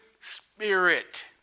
spirit